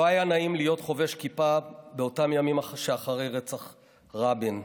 לא היה נעים להיות חובש כיפה באותם ימים שאחרי רצח רבין,